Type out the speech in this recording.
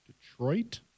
Detroit